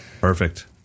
Perfect